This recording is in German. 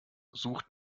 sucht